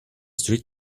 street